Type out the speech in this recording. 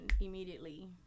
immediately